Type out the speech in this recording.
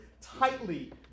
tightly